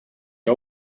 que